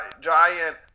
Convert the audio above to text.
giant